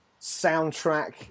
soundtrack